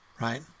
right